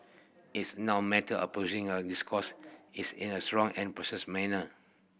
it's now matter this course is in a strong and manner